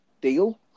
deal